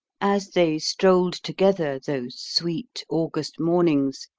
as they strolled together, those sweet august mornings,